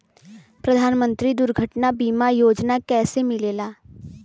प्रधानमंत्री दुर्घटना बीमा योजना कैसे मिलेला?